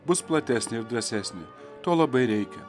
bus platesnė ir drąsesnė to labai reikia